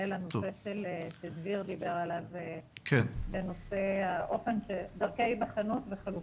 לנושא שדביר דיבר עליו על דרכי היבחנות וחלופות.